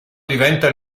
diventa